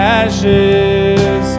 ashes